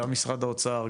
גם משרד האוצר,